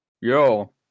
Yo